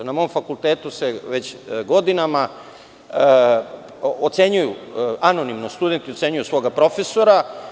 Na mom fakultetu već godinama anonimno studenti ocenjuju svog profesora.